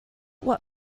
what